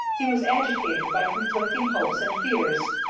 he was agitated by conflicting hopes and fears.